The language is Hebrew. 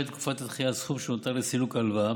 לתקופת הדחייה על הסכום שנותר לסילוק ההלוואה.